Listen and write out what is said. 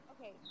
okay